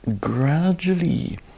gradually